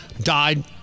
died